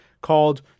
called